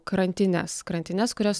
krantines krantines kurias